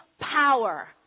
power